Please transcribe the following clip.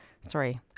Sorry